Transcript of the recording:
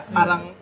Parang